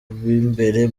b’imbere